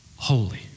Holy